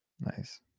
nice